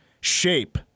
shape